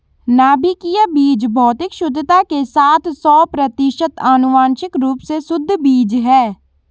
नाभिकीय बीज भौतिक शुद्धता के साथ सौ प्रतिशत आनुवंशिक रूप से शुद्ध बीज है